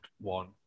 one